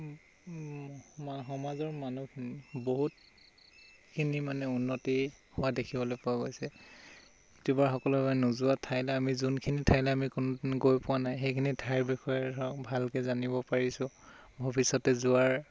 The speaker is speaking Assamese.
সমাজৰ মানুহখিনিৰ বহুতখিনি মানে উন্নতি হোৱা দেখিবলৈ পোৱা গৈছে ইউটিউবাৰসকলৰ বাবে নোযোৱা ঠাইত আমি যোনখিনি ঠাইলৈ আমি কোনোদিন গৈ পোৱা নাই সেইখিনি ঠাইৰ বিষয়ে ভালকৈ জানিব পাৰিছোঁ ভৱিষ্যতে যোৱাৰ